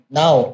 now